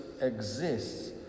exists